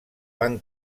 van